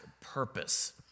purpose